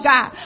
God